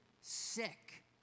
sick